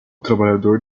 trabalhador